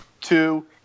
Two